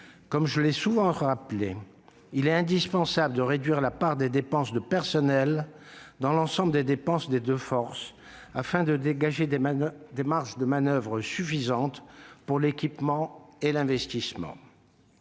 Comme je l'ai souvent rappelé, il est indispensable de réduire la part des dépenses de personnel dans l'ensemble du budget des deux forces, afin de dégager des marges de manoeuvre suffisantes pour l'équipement et l'investissement.